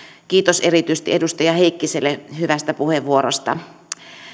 kiitos erityisesti edustaja heikkiselle hyvästä puheenvuorosta